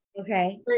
okay